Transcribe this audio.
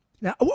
Now